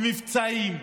במבצעים,